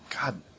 God